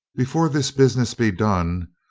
defore this business be done,